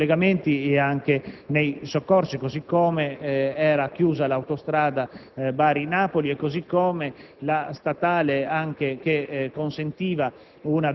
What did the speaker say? nei collegamenti e anche nei soccorsi, così come l'autostrada Bari-Napoli; la strada statale che consentiva